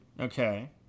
Okay